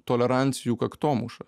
tolerancijų kaktomuša